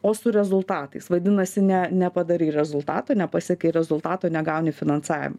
o su rezultatais vadinasi ne nepadarei rezultato nepasiekei rezultato negauni finansavimo